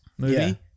movie